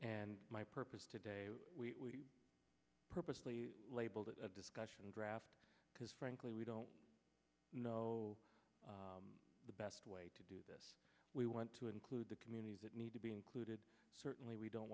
and my purpose today we purposely labeled it a discussion draft because frankly we don't know the best way to do this we want to include the communities that need to be included certainly we don't